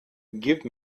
give